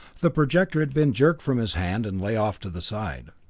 the projector had been jerked from his hand and lay off to the side.